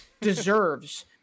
deserves